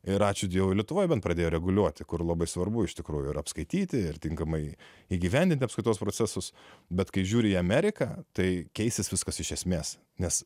ir ačiū dievui lietuvoje bent pradėjo reguliuoti kur labai svarbu iš tikrųjų yra apskaityti ir tinkamai įgyvendinti apskaitos procesus bet kai žiūri į ameriką tai keisis viskas iš esmės nes